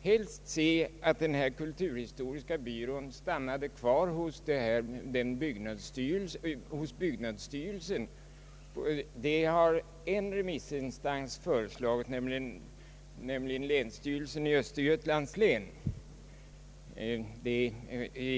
helst se att den kulturhistoriska byrån stannade kvar hos byggnadsstyrelsen, vilket en remissinstans, nämligen länsstyrelsen i Östergötlands län, också föreslagit.